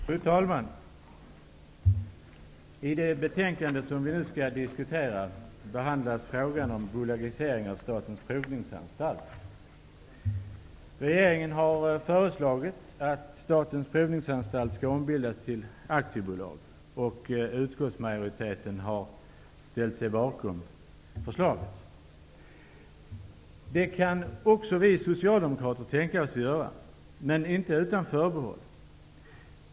Fru talman! I det betänkande som vi nu skall diskutera behandlas frågan om bolagisering av Statens provningsanstalt. Regeringen har föreslagit att Statens provningsanstalt skall ombildas till aktiebolag. Utskottsmajoriteten har ställt sig bakom förslaget. Det kan också vi socialdemokrater tänka oss att göra, men inte utan förbehåll.